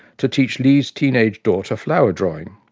to teach lee's teenage daughter flower-drawing.